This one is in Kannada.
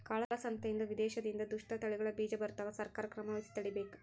ಕಾಳ ಸಂತೆಯಿಂದ ವಿದೇಶದಿಂದ ದುಷ್ಟ ತಳಿಗಳ ಬೀಜ ಬರ್ತವ ಸರ್ಕಾರ ಕ್ರಮವಹಿಸಿ ತಡೀಬೇಕು